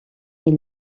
est